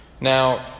Now